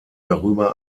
darüber